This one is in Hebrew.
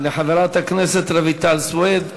תודה לחברת הכנסת רויטל סויד.